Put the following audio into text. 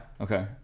Okay